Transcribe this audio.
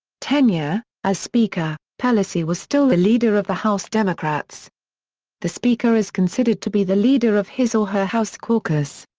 tenure as speaker, pelosi was still the leader of the house democrats the speaker is considered to be the leader of his or her house caucus.